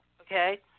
Okay